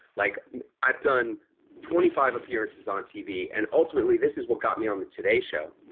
like i've done twenty five appearances on t v. and ultimately this is what got me on the today show.